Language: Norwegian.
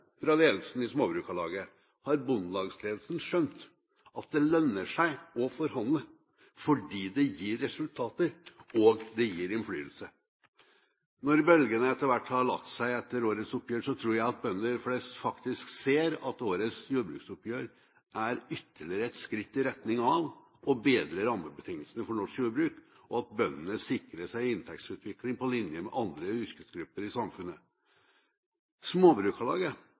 fra ledelsen i Småbrukarlaget har ledelsen i Bondelaget skjønt at det lønner seg å forhandle, fordi det gir resultater, og det gir innflytelse. Når bølgen etter årets oppgjør etter hvert har lagt seg, tror jeg at bønder flest faktisk ser at årets jordbruksoppgjør er et ytterligere skritt i retning av å bedre rammebetingelsene for norsk jordbruk, og at bøndene sikrer seg inntektsutvikling på linje med andre yrkesgrupper i samfunnet. Småbrukarlaget